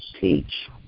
teach